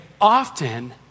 often